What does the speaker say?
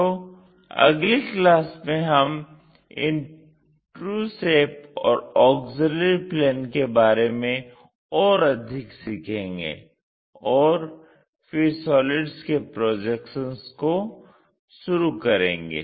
तो अगली क्लास में हम इन ट्रू शेप और ऑक्सिलियरी प्लेन के बारे में और अधिक सीखेंगे और और फिर सॉलिड्स के प्रोजेक्शन को शुरू करेंगे